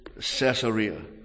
Caesarea